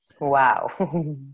Wow